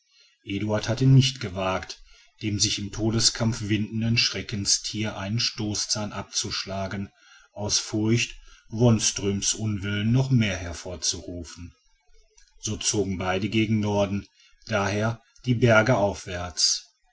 eduard hatte nicht gewagt dem sich in todeskampfe windenden schreckenstier einen stoßzahn abzuschlagen aus furcht wonström's unwillen noch mehr hervorzurufen so zogen beide gegen norden d h die berge aufwärts